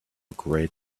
great